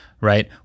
right